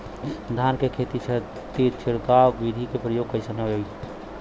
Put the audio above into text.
धान के खेती के खातीर छिड़काव विधी के प्रयोग कइसन रही?